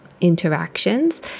interactions